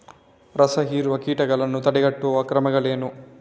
ರಸಹೀರುವ ಕೀಟಗಳನ್ನು ತಡೆಗಟ್ಟುವ ಕ್ರಮಗಳೇನು?